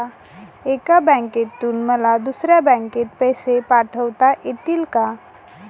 एका बँकेतून मला दुसऱ्या बँकेत पैसे पाठवता येतील का?